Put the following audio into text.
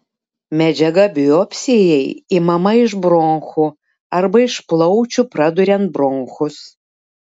medžiaga biopsijai imama iš bronchų arba iš plaučių praduriant bronchus